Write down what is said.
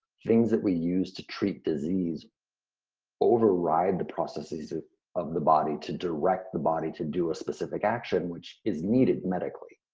things that we use to treat disease override the processes ah of the body to direct the body to do a specific action which is needed medically.